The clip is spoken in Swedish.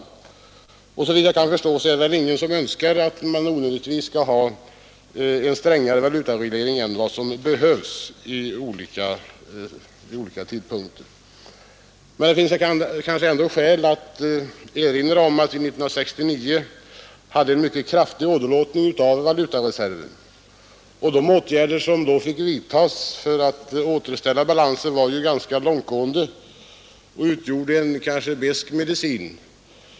Såvitt jag kan förstå är det ingen som önskar att man onödigtvis skall ha en strängare valutareglering än vad som behövs vid olika tidpunkter. Men det finns kanske ändå skäl att erinra om att vi 1969 hade en mycket kraftig åderlåtning av valutareserven. De åtgärder som då fick vidtas för att återställa balansen var ju ganska långtgående och utgjorde en ganska besk medicin.